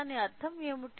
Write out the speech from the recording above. దాని అర్థం ఏమిటి